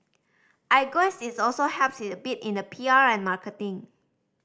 I guess is also helps a bit in the P R and marketing